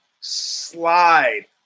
slide